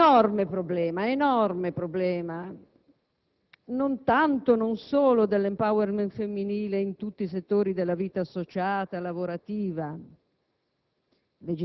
Parlamento l'enorme problema non tanto e non solo dell'*empowerment* femminile in tutti i settori della vita associata, lavorativa,